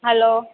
hello